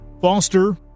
Foster